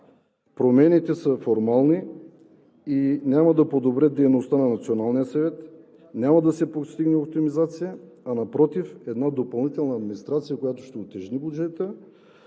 Промените са формални и няма да подобрят дейността на Националния съвет, няма да се постигне оптимизация, а напротив – една допълнителна администрация, която ще утежни бюджета,